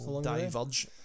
Diverge